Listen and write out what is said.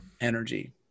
energy